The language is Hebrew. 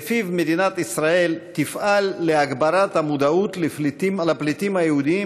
שלפיו מדינת ישראל תפעל להגברת המודעות לפליטים היהודים